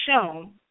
shown